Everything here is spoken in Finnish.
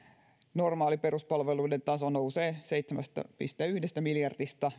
normaali peruspalveluiden taso nousee seitsemästä pilkku yhdestä miljardista